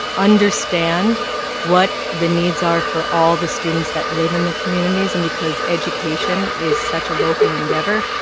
understand what the needs are for all the students that live in the communities, and because education is such a local endeavor,